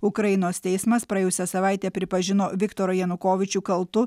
ukrainos teismas praėjusią savaitę pripažino viktorą janukovyčių kaltu